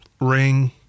ring